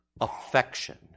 affection